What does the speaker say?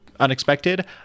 unexpected